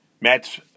Matt